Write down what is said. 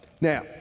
Now